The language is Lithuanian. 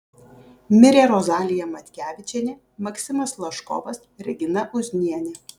mirė rozalija matkevičienė maksimas laškovas regina uznienė